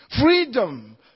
freedom